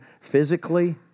physically